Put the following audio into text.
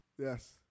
Yes